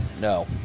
No